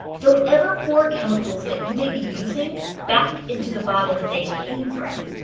don't ever pour chemicals that you may be using back into the bottle that they came from.